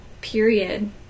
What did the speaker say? period